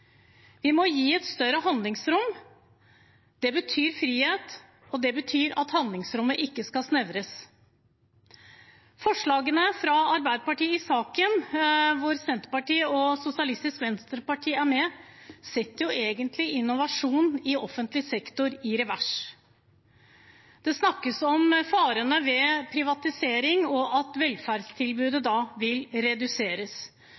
vi ønsker. Vi må gi et større handlingsrom. Det betyr frihet, og det betyr at handlingsrommet ikke skal snevres inn. Arbeiderpartiets forslag i saken, som Senterpartiet og Sosialistisk Venstreparti er med på, setter egentlig innovasjon i offentlig sektor i revers. Det snakkes om farene ved privatisering og at velferdstilbudet da vil reduseres.